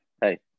hey